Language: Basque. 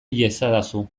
iezadazu